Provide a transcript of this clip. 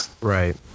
right